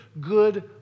good